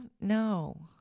No